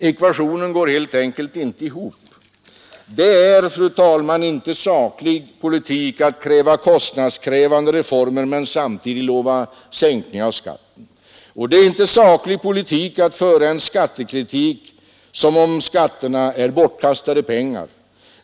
Ekvationen går helt enkelt inte ihop. Det är, fru talman, inte saklig politik att kräva kostnadskrävande reformer och samtidigt lova en sänkning av skatten. Det är inte saklig politik att föra en skattekritik som om skatterna vore bortkastade pengar.